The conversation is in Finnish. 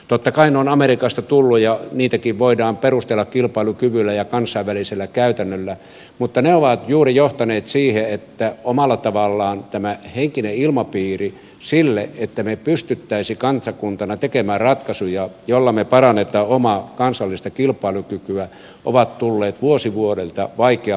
totta kai ne ovat amerikasta tulleet ja niitäkin voidaan perustella kilpailukyvyllä ja kansainvälisellä käytännöllä mutta ne ovat juuri johtaneet siihen että omalla tavallaan sellainen henkinen ilmapiiri että me pystyisimme kansakuntana tekemään ratkaisuja joilla me parannamme omaa kansallista kilpailukykyä on tullut vuosi vuodelta vaikeammaksi